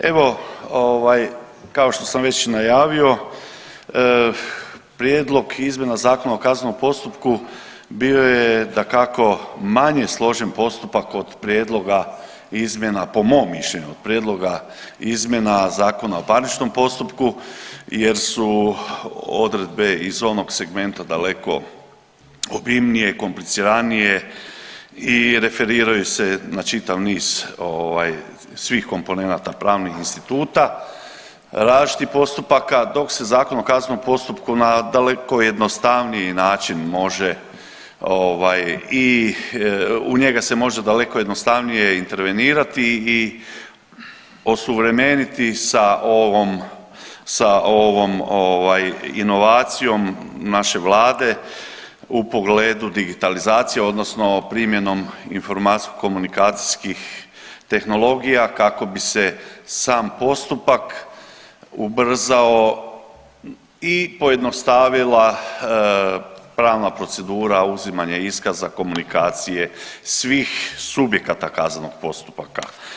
Evo ovaj kao što sam već najavio prijedlog izmjena Zakona o kaznenom postupku bio je dakako manje složen postupak od prijedloga izmjena, po mom mišljenju, od prijedloga izmjena ZPP-a jer su odredbe iz onog segmenta daleko obimnije i kompliciranije i referiraju se na čitav niz ovaj svih komponenata pravnih instituta i različitih postupaka dok se Zakon o kaznenom postupku na daleko jednostavniji način može ovaj i, u njega se može daleko jednostavnije intervenirati i osuvremeniti sa ovom, sa ovom ovaj inovacijom naše vlade u pogledu digitalizacije odnosno primjenom informacijsko komunikacijskih tehnologija kako bi se sam postupak ubrzao i pojednostavila pravna procedura uzimanja iskaza i komunikacije svih subjekata kaznenog postupaka.